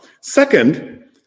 Second